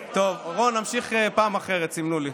טוב, רון, נמשיך בפעם אחרת, סימנו לי,